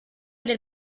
del